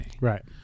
Right